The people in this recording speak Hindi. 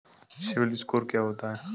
सिबिल स्कोर क्या होता है?